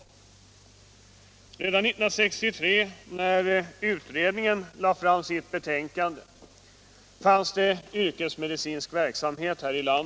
Redan 1963, när utredningen lade fram sitt betänkande, fanns det yrkesmedicinsk verksamhet.